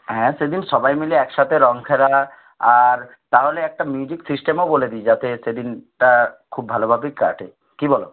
হ্যাঁ সেদিন সবাই মিলে এক সাথে রং খেলা আর তাহলে একটা মিউজিক সিস্টেমও বলে দিই যাতে সেদিনটা খুব ভালো ভাবেই কাটে কি বলো